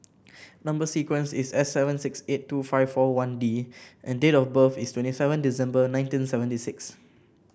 number sequence is S seven six eight two five four one D and date of birth is twenty seven December nineteen seventy six